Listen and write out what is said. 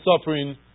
suffering